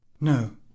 No